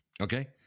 Okay